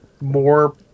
more